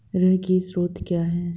ऋण की शर्तें क्या हैं?